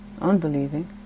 unbelieving